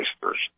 first